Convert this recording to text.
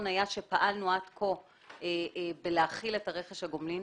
היה שפעלנו עד כה בהחלת רכש הגומלין.